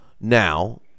now